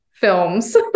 films